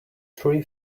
three